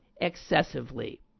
excessively